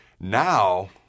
Now